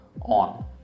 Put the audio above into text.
on